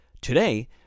Today